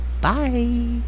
Bye